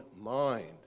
mind